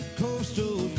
coastal